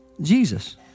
Jesus